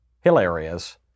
hilarious